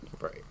Right